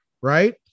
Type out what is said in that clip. Right